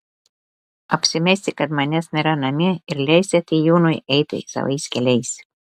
apsimesti kad manęs nėra namie ir leisti atėjūnui eiti savais keliais